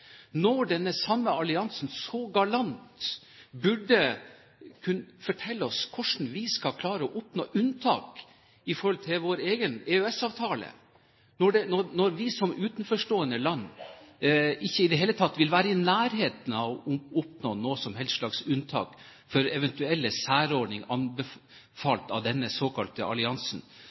når den samme alliansen galant burde kunne fortelle oss hvordan vi skal klare å oppnå unntak i vår egen EØS-avtale, når vi som utenforstående land ikke i det hele tatt vil være i nærheten av å oppnå noe som helst slags unntak for eventuelle særordninger anbefalt av denne såkalte alliansen,